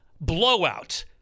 blowout